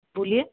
बोलिए